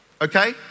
okay